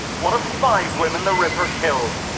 one of five women the ripper killed.